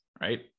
right